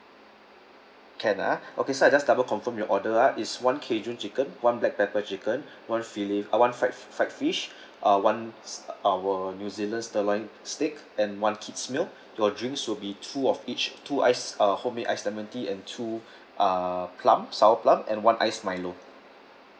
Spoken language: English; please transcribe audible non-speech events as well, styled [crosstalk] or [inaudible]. can ah okay sir I just double confirm your order ah is one cajun chicken one black pepper chicken one fill~ uh one fried fried fish uh one our new zealand sirloin steak and one kids meal your drinks will be two of each two ice uh homemade ice lemon tea and two [breath] uh plump sour plum and one ice milo